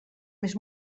més